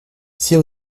six